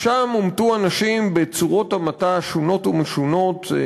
ושם הומתו אנשים בצורות המתה שונות ומשונות.